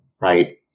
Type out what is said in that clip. right